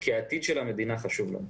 כי העתיד של המדינה חשוב לנו.